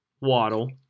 Waddle